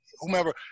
whomever